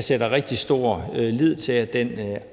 sætter jeg rigtig stor lid til den